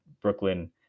Brooklyn